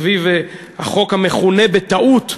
סביב החוק המכונה בטעות,